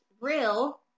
Real